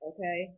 Okay